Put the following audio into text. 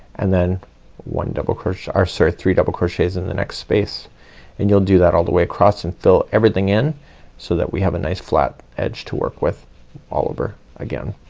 and then one double crochet or sorry, three double crochets in the next space and you'll do that all the way across and fill everything in so that we have a nice flat edge to work with all over again.